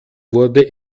wurde